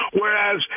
whereas